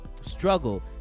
struggle